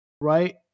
right